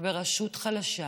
ורשות חלשה